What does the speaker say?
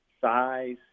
size